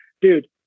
dude